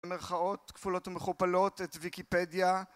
מרכאות כפולות ומכופלות את ויקיפדיה